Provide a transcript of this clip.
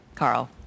Carl